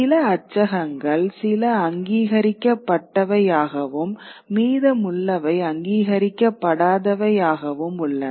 சில அச்சகங்கள் சில அங்கீகரிக்கப்பட்டவையாகவும் மீதமுள்ளவை அங்கீகரிக்கப்படாதவையாகவும் உள்ளன